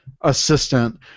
Assistant